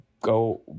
go